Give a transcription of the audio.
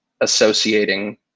associating